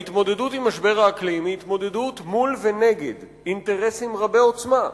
ההתמודדות עם משבר האקלים היא התמודדות מול ונגד אינטרסים רבי-עוצמה,